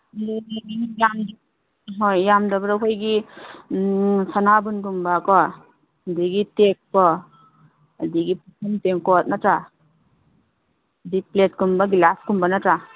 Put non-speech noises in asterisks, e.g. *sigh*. *unintelligible* ꯍꯣꯏ ꯌꯥꯝꯗꯕꯗꯣ ꯑꯩꯈꯣꯏꯒꯤ ꯁꯅꯥꯕꯨꯟꯒꯨꯝꯕꯀꯣ ꯑꯗꯒꯤ ꯇꯦꯛꯀꯣ ꯑꯗꯒꯤ ꯄꯨꯈꯝ ꯇꯦꯡꯀꯣꯠ ꯅꯠꯇ꯭ꯔꯥ ꯑꯗꯩ ꯄ꯭ꯂꯦꯠꯀꯨꯝꯕ ꯒꯤꯂꯥꯁꯀꯨꯝꯕ ꯅꯠꯇ꯭ꯔꯥ